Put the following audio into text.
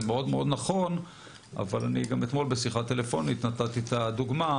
אבל אתמול בשיחה טלפונית נתתי את הדוגמה